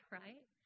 right